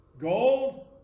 Gold